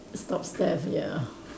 stops death ya